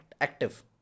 active